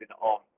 on